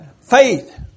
faith